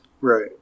right